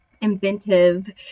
inventive